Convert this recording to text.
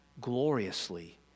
gloriously